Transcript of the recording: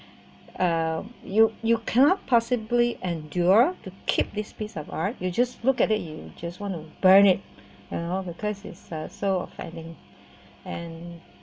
uh you you cannot possibly endure to keep this piece of art you just look at it you just want to burn it and all because it's so exciting and